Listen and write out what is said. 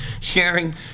Sharing